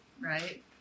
Right